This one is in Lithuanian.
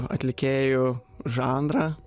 atlikėjų žanrą